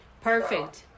perfect